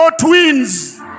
twins